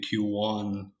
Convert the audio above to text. Q1